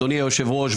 אדוני היושב ראש,